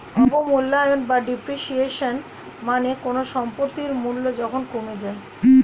অবমূল্যায়ন বা ডেপ্রিসিয়েশন মানে কোনো সম্পত্তির মূল্য যখন কমে যায়